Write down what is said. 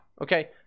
okay